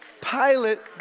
pilot